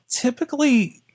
Typically